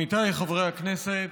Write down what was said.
אנחנו עוברים לנושא הבא,